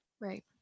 Right